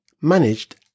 managed